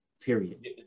Period